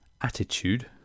attitude